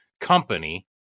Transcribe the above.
company